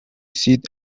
sit